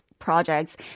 Projects